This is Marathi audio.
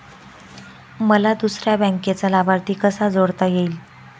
मला दुसऱ्या बँकेचा लाभार्थी कसा जोडता येईल?